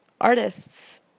artists